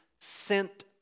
sent